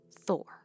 Thor